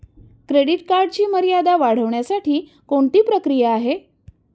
Credit कार्डची मर्यादा वाढवण्यासाठी कोणती प्रक्रिया आहे?